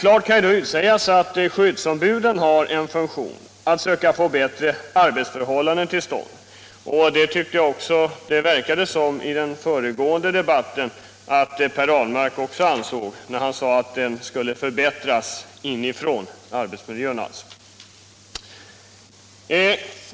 Det står klart att skyddsombuden har en funktion att söka få bättre arbetsförhållanden till stånd, och det verkar också som om Per Ahlmark ansåg detta, eftersom han sade att arbetsmiljön skall förbättras inifrån.